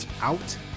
out